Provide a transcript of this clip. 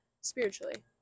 spiritually